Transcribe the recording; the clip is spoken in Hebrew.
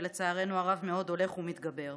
שלצערנו הרב מאוד הולך ומתגבר,